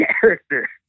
character